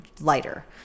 lighter